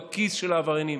בכיס של העבריינים,